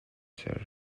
ser